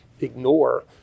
ignore